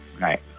right